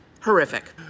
horrific